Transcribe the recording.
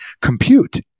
compute